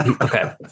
okay